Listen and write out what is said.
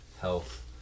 health